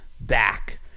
back